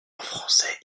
français